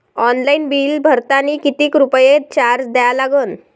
Online bill भरतानी कितीक रुपये चार्ज द्या लागन?